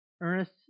Ernest